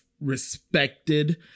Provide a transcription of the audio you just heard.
respected